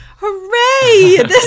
hooray